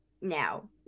now